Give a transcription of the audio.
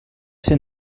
ser